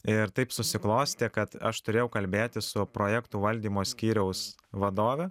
ir taip susiklostė kad aš turėjau kalbėtis su projektų valdymo skyriaus vadove